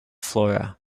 flora